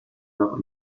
noch